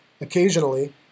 occasionally